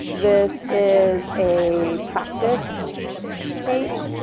this is a practice page,